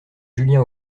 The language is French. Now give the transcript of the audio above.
julien